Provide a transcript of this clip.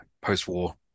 post-war